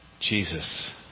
Jesus